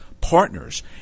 partners